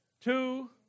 two